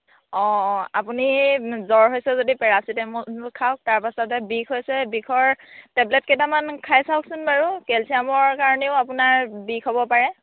অঁ অঁ আপুনি জ্বৰ হৈছে যদি পেৰাচিটামুল খাওক তাৰপাছতে বিষ হৈছে বিষৰ টেবলেট কেইটামান খাই চাওকচোন বাৰু কেলছিয়ামৰ কাৰণেও আপোনাৰ বিষ হ'ব পাৰে